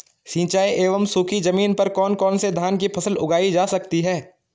सिंचाई एवं सूखी जमीन पर कौन कौन से धान की फसल उगाई जा सकती है?